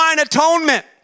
atonement